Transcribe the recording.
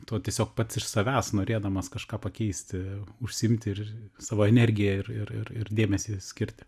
to tiesiog pats iš savęs norėdamas kažką pakeisti užsiimti ir savo energiją ir ir ir ir dėmesį skirti